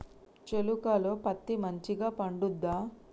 చేలుక లో పత్తి మంచిగా పండుద్దా?